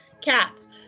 Cats